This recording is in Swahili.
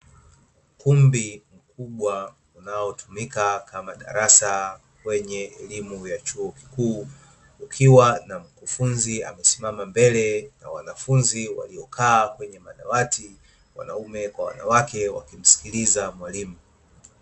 Ukumbi mkubwa unaotumika kama darasa kwenye elimu ya chuo kikuu, kukiwa na mkufunzi amesimama mbele ya wanafunzi waliokaa kwenye madawati (wanaume kwa wanawake), wakimsikiliza mwalimu.